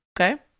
Okay